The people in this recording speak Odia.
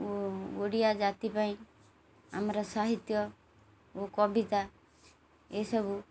ଓ ଓଡ଼ିଆ ଜାତି ପାଇଁ ଆମର ସାହିତ୍ୟ ଓ କବିତା ଏସବୁ